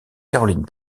caroline